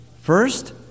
First